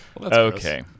okay